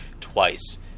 twice